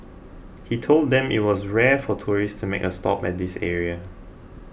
he told them it was rare for tourists to make a stop at this area